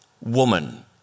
woman